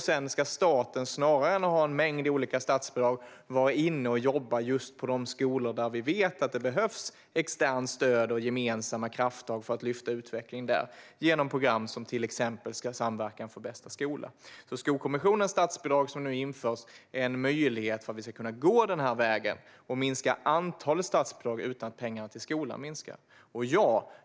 Sedan ska staten snarare än att ha en mängd olika statsbidrag vara inne och jobba på just de skolor där vi vet att det behövs externt stöd och gemensamma krafttag för att lyfta utvecklingen, genom program som till exempel Samverkan för bästa skola. Skolkommissionens statsbidrag, som nu införs, gör det möjligt för oss att gå den vägen och minska antalet statsbidrag utan att pengarna till skolan minskar.